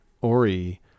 Ori